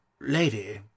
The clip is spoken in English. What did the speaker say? lady